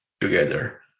together